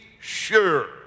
sure